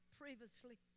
previously